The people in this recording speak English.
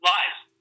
Lies